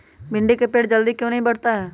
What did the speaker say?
भिंडी का पेड़ जल्दी क्यों नहीं बढ़ता हैं?